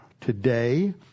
today